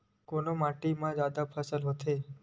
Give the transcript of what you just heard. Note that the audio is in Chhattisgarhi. कोन माटी मा फसल जादा होथे?